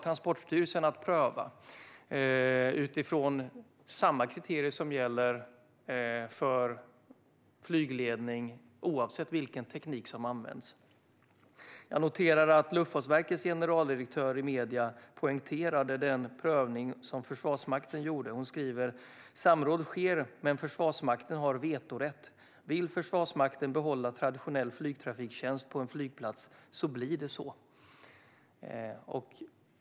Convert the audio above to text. Transportstyrelsen har nu att pröva utifrån samma kriterier som gäller för flygledning, oavsett vilken teknik som används. Jag noterar att Luftfartsverkets generaldirektör i medierna poängterade den prövning som Försvarsmakten gjorde. Hon skriver: "Samråd sker men Försvarsmakten har vetorätt. Vill Försvarsmakten behålla traditionell flygtrafiktjänst på en flygplats blir det så."